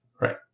right